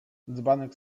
dzbanek